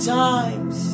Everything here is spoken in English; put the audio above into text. times